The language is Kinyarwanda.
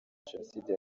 jenoside